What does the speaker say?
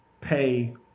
pay